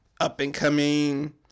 up-and-coming